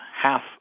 half